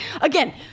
again